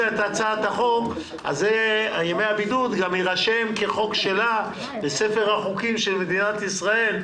חוק ימי הבידוד יירשם כחוק שלה בספר החוקים של מדינת ישראל,